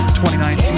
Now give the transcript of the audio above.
2019